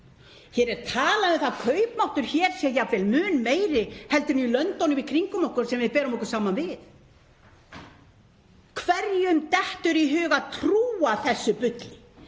Hér er talað um að kaupmáttur sé jafnvel mun meiri heldur en í löndunum í kringum okkur sem við berum okkur saman við. Hverjum dettur í hug að trúa þessu bulli?